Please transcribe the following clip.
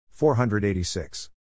486